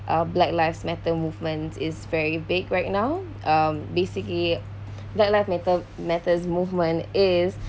of black lives matter movement is very big right now um basically black lives matter matters movement is